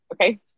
Okay